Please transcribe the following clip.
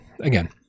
again